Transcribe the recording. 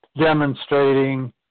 demonstrating